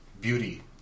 beauty